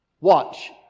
watch